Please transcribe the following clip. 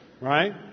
Right